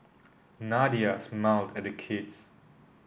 Nadia smiled at the kids